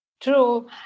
True